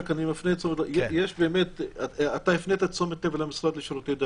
אני רק מפנה את תשומת הלב: אתה הפנית את תשומת הלב למשרד לשירותי דת,